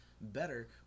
better